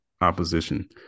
opposition